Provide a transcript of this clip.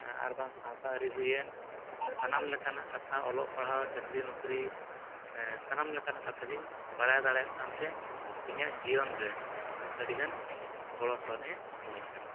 ᱟᱨᱵᱟᱝ ᱥᱟᱶᱛᱟ ᱟᱹᱨᱤ ᱦᱩᱭᱮᱱ ᱥᱟᱱᱟᱢ ᱞᱮᱠᱟᱱᱟᱜ ᱠᱟᱛᱷᱟ ᱚᱞᱚᱜ ᱯᱟᱲᱦᱟᱣ ᱪᱟᱹᱠᱨᱤ ᱱᱚᱠᱨᱤ ᱥᱟᱱᱟᱢ ᱞᱮᱠᱟᱱᱟ ᱠᱟᱛᱷᱟᱜᱮᱧ ᱵᱟᱰᱟᱭ ᱫᱟᱲᱮᱭᱟᱜ ᱠᱟᱱᱛᱮ ᱤᱧᱟᱹᱜ ᱡᱤᱭᱚᱱ ᱨᱮ ᱟᱹᱰᱤᱜᱟᱱ ᱜᱚᱲᱚ ᱥᱚᱦᱚᱫᱮ ᱤᱢᱟᱹᱧ ᱠᱟᱱᱟ